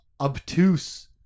obtuse